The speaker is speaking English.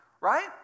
right